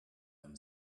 them